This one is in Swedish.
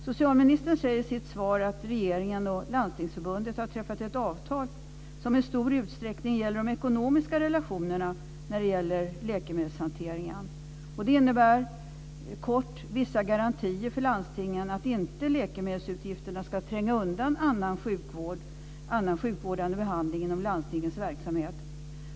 Socialministern säger i sitt svar att regeringen och Landstingsförbundet har träffat ett avtal som i stor utsträckning gäller de ekonomiska relationerna när det gäller läkemedelshanteringen. Det innebär kort vissa garantier för landstingen att läkemedelsutgifterna inte ska tränga undan annan sjukvårdande behandling inom landstingens verksamhet.